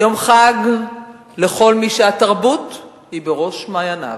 יום חג לכל מי שהתרבות בראש מעייניו,